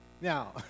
Now